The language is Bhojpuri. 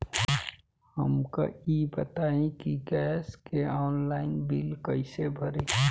हमका ई बताई कि गैस के ऑनलाइन बिल कइसे भरी?